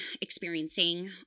experiencing